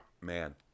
Man